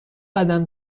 قدم